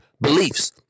beliefs